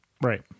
Right